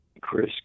Chris